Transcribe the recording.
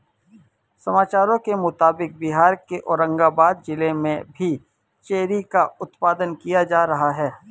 समाचारों के मुताबिक बिहार के औरंगाबाद जिला में भी चेरी का उत्पादन किया जा रहा है